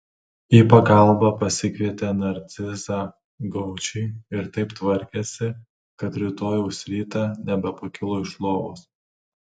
į pagalbą pasikvietė narcizą gaučį ir taip tvarkėsi kad rytojaus rytą nebepakilo iš lovos